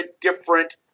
different